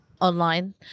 online